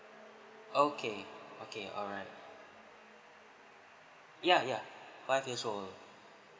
okay okay alright ya ya five years old